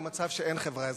הוא מצב שאין חברה אזרחית.